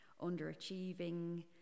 underachieving